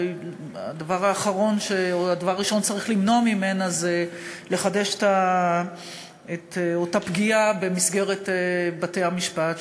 והדבר הראשון שצריך למנוע ממנה זה לחדש את אותה פגיעה במסגרת בתי-המשפט,